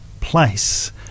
place